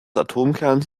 atomkerns